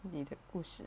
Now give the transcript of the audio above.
你的故事